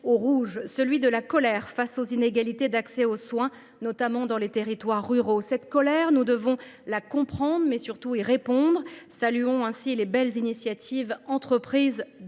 au rouge : celui de la colère face aux inégalités d’accès aux soins, notamment dans les territoires ruraux. Cette colère, nous devons la comprendre, mais nous devons surtout y répondre. Saluons ainsi les belles initiatives entreprises